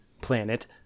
planet